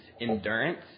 endurance